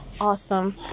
awesome